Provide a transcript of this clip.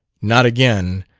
not again,